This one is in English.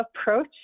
approach